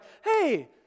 hey